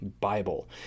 Bible